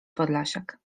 podlasiak